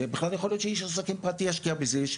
זה בכלל יכול להיות שאיש עסקים פרטי ישקיע בזה,